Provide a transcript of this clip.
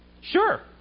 Sure